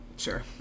sure